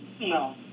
No